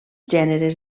gèneres